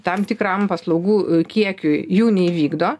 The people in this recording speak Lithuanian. tam tikram paslaugų kiekiui jų neįvykdo